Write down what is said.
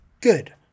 good